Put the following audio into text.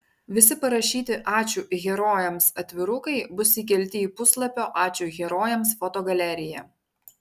visi parašyti ačiū herojams atvirukai bus įkelti į puslapio ačiū herojams fotogaleriją